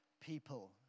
people